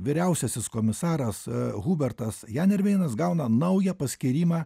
vyriausiasis komisaras hubertas janerveinas gauna naują paskyrimą